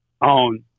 on